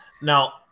Now